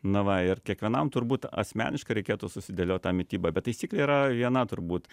na va ir kiekvienam turbūt asmeniškai reikėtų susidėliot tą mitybą bet taisyklė yra viena turbūt